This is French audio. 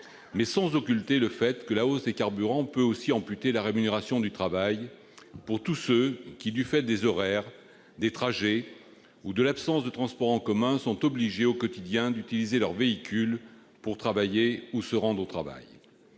autant occulter le fait que la hausse du prix des carburants peut aussi amputer la rémunération du travail pour tous ceux qui, du fait de leurs horaires de travail, de leurs trajets ou de l'absence de transports en commun, sont obligés au quotidien d'utiliser leur véhicule pour travailler ou pour se rendre au travail.